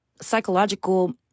psychological